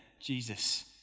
Jesus